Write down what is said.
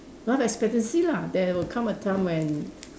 life expectancy lah there would come a time when